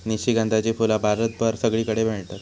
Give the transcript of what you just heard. निशिगंधाची फुला भारतभर सगळीकडे मेळतत